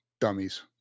Dummies